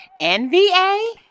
NVA